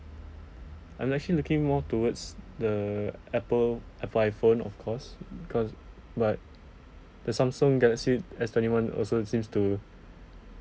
I'm actually looking more towards the apple apple iphone of course because but the samsung galaxy S twenty one also seems to